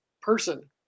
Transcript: person